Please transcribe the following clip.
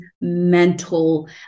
mental